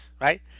right